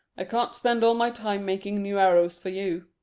i can't spend all my time making new arrows for you.